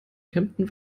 kempten